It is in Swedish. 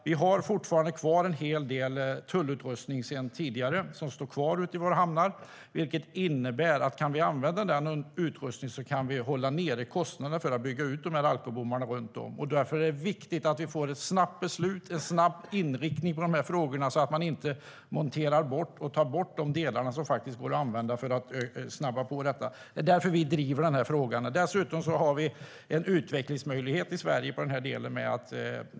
Vi har fortfarande kvar en hel del tullutrustning sedan tidigare som står kvar ute i våra hamnar. Vi har dessutom en utvecklingsmöjlighet i Sverige.